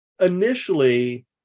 Initially